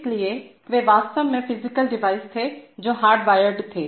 इसलिए वे वास्तव में फिजिकल डिवाइसेज थे जो हार्डवायर्ड थे